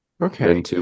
Okay